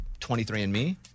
23andMe